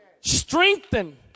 strengthen